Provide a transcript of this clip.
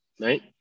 Right